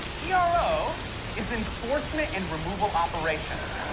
ero is enforcement and removal operations.